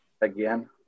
again